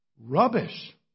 Rubbish